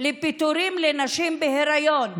לפיטורי נשים בהיריון.